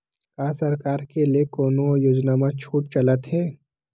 का सरकार के ले कोनो योजना म छुट चलत हे?